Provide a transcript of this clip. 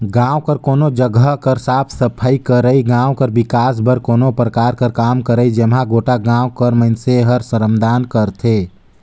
गाँव कर कोनो जगहा कर साफ सफई करई, गाँव कर बिकास बर कोनो परकार कर काम करई जेम्हां गोटा गाँव कर मइनसे हर श्रमदान करथे